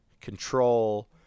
control